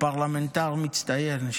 פרלמנטר מצטיין,